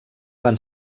van